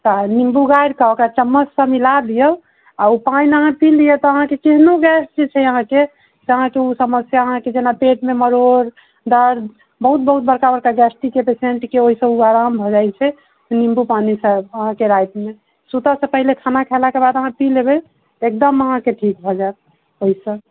तऽ निम्बू गाड़िक ओकरा चम्मचसँ मिला दियौ आ ओ पानि अहाँ पी लिअ तऽ अहाँक केहनो गैस जे छै अहाँके ओ समस्या अहाँके जेना पेट मे मरोड़ दर्द बहुत बहुत बड़का बड़का गेस्टिक के पेशेन्ट के ओहिसँ आराम भऽ जाइ छै निम्बू पानीसँ अहाँके रातिमे सुतऽसँ पहिले खाना खैलाके बाद अहाँ पी लेबै एकदम अहाँके ठीक भऽ जायत ओहिसँ